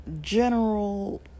general